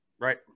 right